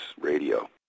Radio